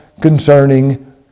concerning